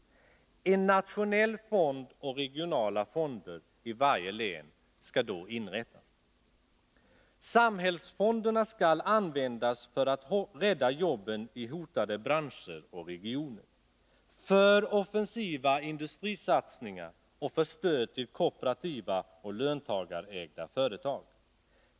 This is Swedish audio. En nationell fond och regionala fonder i varje län skall inrättas. Samhällsfonderna skall användas för att rädda jobben i hotade branscher och regioner, för offensiva industrisatsningar och för stöd till kooperativa och löntagarägda företag.